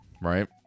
right